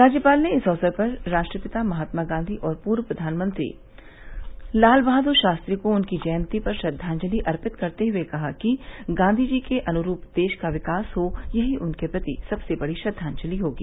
राज्यपाल ने इस अवसर पर राष्ट्रपिता महात्मा गांवी और पूर्व प्रधानमंत्री लाल बहाद्र शास्त्री को उनकी जयती पर श्रद्वांजलि अर्पित करते हए कहा कि गांधी जी के अनुरूप देश का विकास हो यही उनके प्रति सबसे बड़ी श्रद्वांजलि होगी